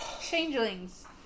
changelings